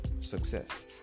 success